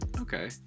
Okay